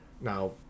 Now